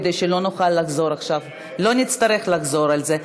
כדי שלא נצטרך לחזור על זה עכשיו?